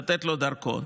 לתת לו דרכון.